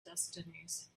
destinies